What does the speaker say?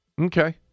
Okay